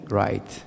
right